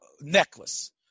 necklace